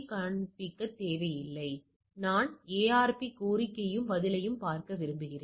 இப்போது நான் இந்த ஆனது முழுமைத்தொகுதியிலிருந்து வந்ததா என்பதை அறிய விரும்புகிறேன்